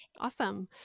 awesome